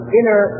inner